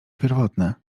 pierwotne